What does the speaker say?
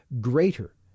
greater